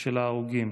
של ההרוגים.